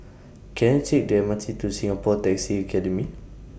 Can I Take The M R T to Singapore Taxi Academy